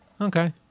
Okay